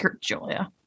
Julia